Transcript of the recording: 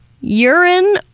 urine